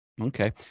Okay